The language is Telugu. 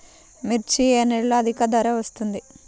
మిర్చి ఏ నెలలో అధిక ధర వస్తుంది?